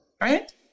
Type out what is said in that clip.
right